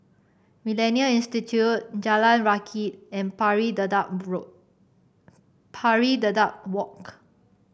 MillenniA Institute Jalan Rakit and Pari Dedap Pari Dedap Walk